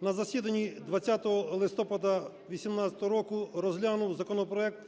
на засіданні 20 листопада 2018 року розглянув законопроект